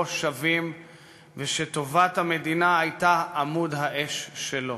שווים ושטובת המדינה הייתה עמוד האש שלו.